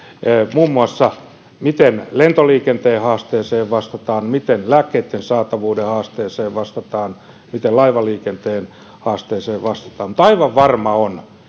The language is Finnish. muun muassa siitä miten lentoliikenteen haasteeseen vastataan miten lääkkeitten saatavuuden haasteeseen vastataan miten laivaliikenteen haasteeseen vastataan mutta aivan varma on